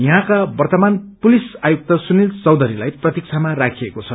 यहाँका वर्तमान पुलिस आयुक्त सुनिल चौषरीलाई प्रतिकामा राखिएको छ